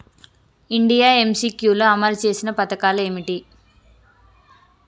India MCQ లో అమలు చేసిన పథకాలు ఏమిటి?